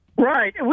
Right